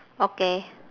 okay